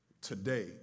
today